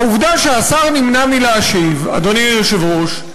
העובדה שהשר נמנע מלהשיב, אדוני היושב-ראש,